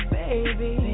baby